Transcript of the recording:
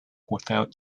without